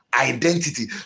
identity